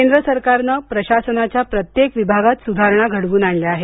केंद्र सरकारनं प्रशासनाच्या प्रत्येक विभागात सुधारणा घडवून आणल्या आहेत